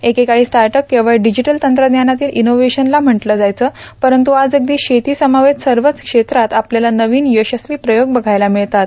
एके काळी स्टार्ट्अप केवळ डिजिटल तंत्रज्ञानातील इनोवेशन ला म्हटलं जायचं परंतु आज अगदी शेती समवेत सर्वच क्षेत्रात आपल्याला नवीन यशस्वी प्रयोग बघायला मिळतात